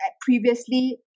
previously